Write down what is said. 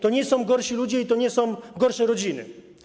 To nie są gorsi ludzie i to nie są gorsze rodziny.